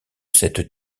cette